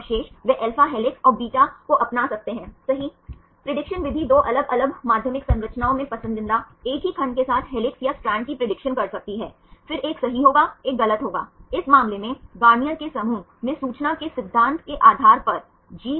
और अगर आप नियमित रूप से माध्यमिक संरचनाओं को देखते हैं तो हाइड्रोजन बांड गठित होते है एमाइड हाइड्रोजन सही NH और कार्बोनिल ऑक्सीजन सही पेप्टाइड बैकबोन के CO के बीच मैं